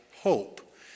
hope